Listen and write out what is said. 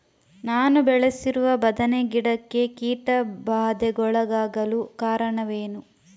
ನಾನು ಬೆಳೆಸಿರುವ ಬದನೆ ಗಿಡಕ್ಕೆ ಕೀಟಬಾಧೆಗೊಳಗಾಗಲು ಕಾರಣವೇನು?